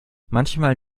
manchmal